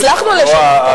הצלחנו לשנות,